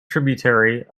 tributary